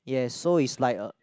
yes so it's like a